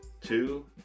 two